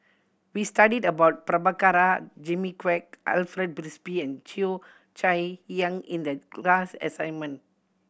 we studied about Prabhakara Jimmy Quek Alfred Frisby and Cheo Chai Hiang in the class assignment